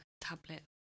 tablet